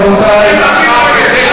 נא להקריא את שמות חברי הכנסת.